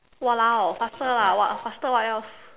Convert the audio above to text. !walao! faster lah what faster what else